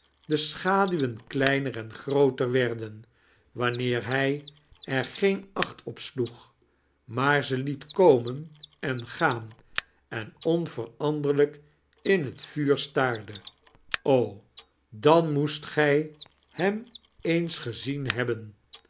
de schaduwen heiner en grooter wenden wanneer hij er geen acht op s'loeg maar ze liet komen en gaan en onveranderlijk in het vuur staarde o dan moest gij hem eens gezien hebben